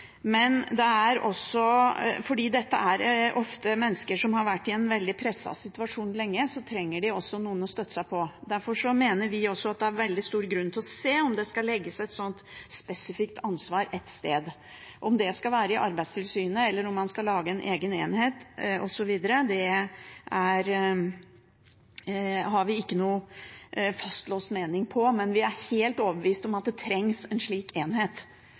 mennesker som har vært i en veldig presset situasjon lenge, trenger de noen å støtte seg på. Derfor mener vi også at det er veldig stor grunn til å se på om det skal legges et sånt spesifikt ansvar ett sted. Om det skal være i Arbeidstilsynet, eller om man skal lage en egen enhet osv., har vi ikke noe fastlåst mening om, men vi er helt overbevist om at det trengs en slik enhet